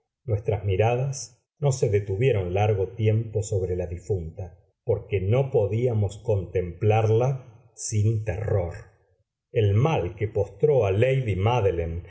nuestras miradas no se detuvieron largo tiempo sobre la difunta porque no podíamos contemplarla sin terror el mal que postró a lady mádeline